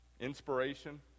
inspiration